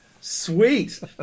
Sweet